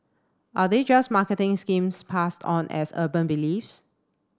are they just marketing schemes passed on as urban beliefs